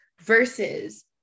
versus